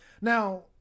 Now